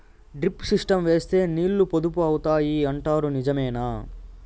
Drip system వేస్తే నీళ్లు పొదుపు అవుతాయి అంటారు నిజమేనా?